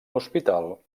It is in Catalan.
hospital